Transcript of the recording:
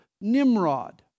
Nimrod